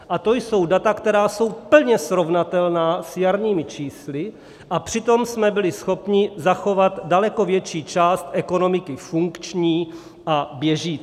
A to jsou data, která jsou plně srovnatelná s jarními čísly, a přitom jsme byli schopni zachovat daleko větší část ekonomiky funkční a běžící.